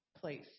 place